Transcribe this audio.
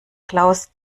klaus